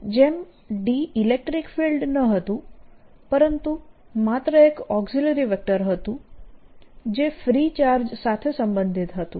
જેમ D electric field ન હતું પરંતુ માત્ર એક ઓકઝીલરી વેક્ટર હતું જે ફ્રી ચાર્જ સાથે સંબંધિત હતું